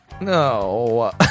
No